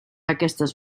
aquestes